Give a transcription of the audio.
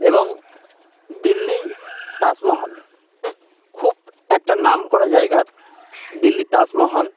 এবং দিল্লি তাজমহল খুব একটা নামকরা জায়গা দিল্লির তাজমহল